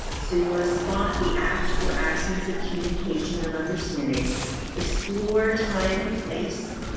so you want to spot the act or absence of communication and understanding explore time and place.